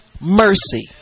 mercy